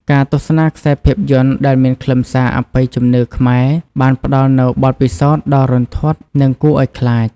ការទស្សនាខ្សែភាពយន្តដែលមានខ្លឹមសារអបិយជំនឿខ្មែរបានផ្តល់នូវបទពិសោធន៍ដ៏រន្ធត់និងគួរឲ្យខ្លាច។